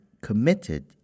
committed